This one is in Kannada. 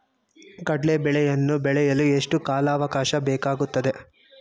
ಕಡ್ಲೆ ಬೇಳೆಯನ್ನು ಬೆಳೆಯಲು ಎಷ್ಟು ಕಾಲಾವಾಕಾಶ ಬೇಕಾಗುತ್ತದೆ?